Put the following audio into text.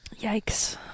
Yikes